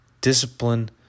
Discipline